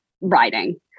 writing